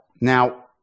Now